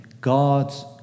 God's